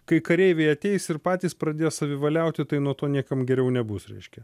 kai kareiviai ateis ir patys pradės savivaliauti tai nuo to niekam geriau nebus reiškia